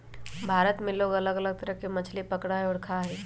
भारत में लोग अलग अलग तरह के मछली पकडड़ा हई और खा हई